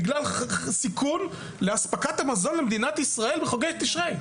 בגלל סיכון לאספקת המזון למדינת ישראל בחגי תשרי.